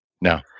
No